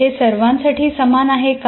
हे सर्वांसाठी समान आहे का